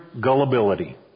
gullibility